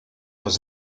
was